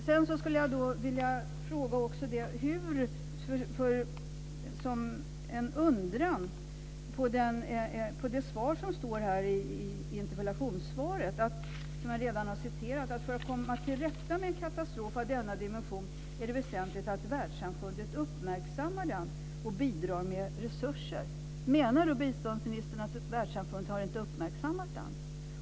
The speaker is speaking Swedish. Sedan skulle jag också vilja framföra en undran med anledning av det som står i interpellationssvaret, och som jag redan har citerat: "För att komma till rätta med en katastrof av denna dimension är det väsentligt att världssamfundet uppmärksammar den och bidrar med resurser." Menar då biståndsministern att världssamfundet inte har uppmärksammat det här?